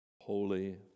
Holy